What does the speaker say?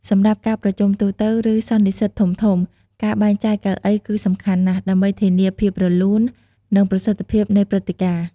សម្រាប់ការប្រជុំទូទៅ ឬសន្និសីទធំៗ ការបែងចែកកៅអីគឺសំខាន់ណាស់ ដើម្បីធានាភាពរលូន និងប្រសិទ្ធភាពនៃព្រឹត្តិការណ៍។